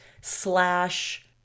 slash